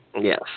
Yes